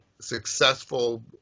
successful